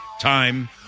time